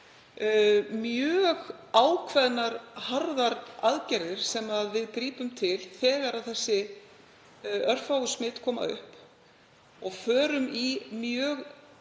mjög ákveðnar harðar aðgerðir sem við grípum til þegar þessi örfáu smit koma upp og við förum í mjög